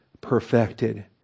perfected